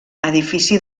edifici